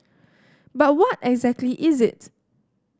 but what exactly is it